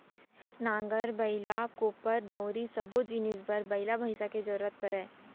नांगर, बइला, कोपर, दउंरी सब्बो जिनिस बर बइला भईंसा के जरूरत परय